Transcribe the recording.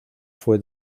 fue